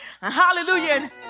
Hallelujah